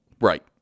right